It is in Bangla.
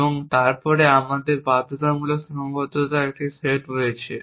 এবং তারপরে আমাদের বাধ্যতামূলক সীমাবদ্ধতার একটি সেট রয়েছে